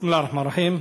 בסם אללה א-רחמאן א-רחים.